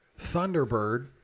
Thunderbird